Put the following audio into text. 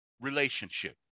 relationship